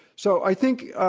so, i think